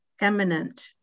eminent